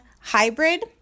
hybrid